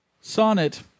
sonnet